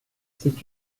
c’est